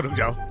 go